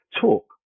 talk